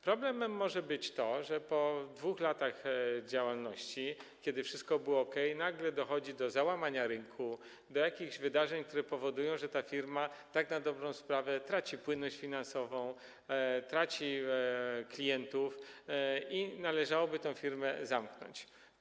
Problemem może być to, że po 2 latach działalności, kiedy wszystko było okej, nagle może dojść do załamania rynku, do jakichś wydarzeń, które spowodują, że ta firma tak na dobrą sprawę straci płynność finansową, straci klientów i będzie należało ją zamknąć.